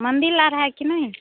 मंदिर और है कि नहीं